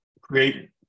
create